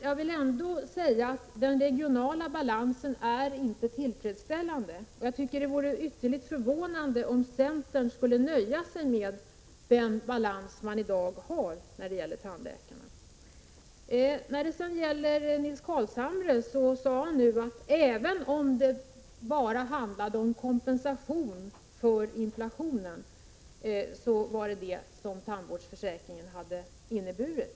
Jag vill ändå säga att den regionala balansen inte är tillfredsställande. Det vore ytterligt förvånande om centern skulle nöja sig med den balans vi i dag har när det gäller tandläkarna. Nils Carlshamre sade nu, att tandvårdsförsäkringen egentligen bara har gett kompensation för inflationen.